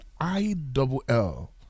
I-double-L